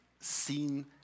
seen